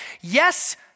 Yes